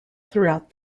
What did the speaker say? throughout